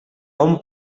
hom